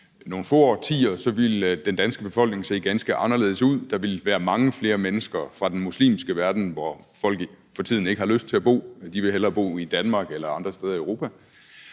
nogle få årtier ville se ganske anderledes ud. Der ville være mange flere mennesker fra den muslimske verden, hvor folk for tiden ikke har lyst til at bo. De vil hellere bo i Danmark eller andre steder i Europa.